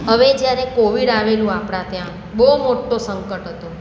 હવે જ્યારે કોવિડ આવેલું આપણા ત્યાં બહુ મોટો સંકટ હતો